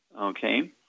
Okay